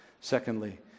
Secondly